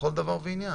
לכל דבר ועניין.